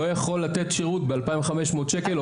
לא יכול לתת שירות ב-2,500 שקל,